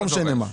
לא משנה מה.